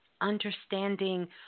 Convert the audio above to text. Understanding